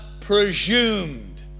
presumed